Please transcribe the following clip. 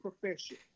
profession